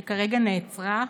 שכרגע נעצרה,